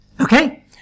Okay